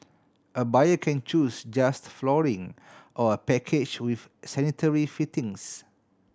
a buyer can choose just flooring or a package with sanitary fittings